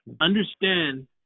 Understand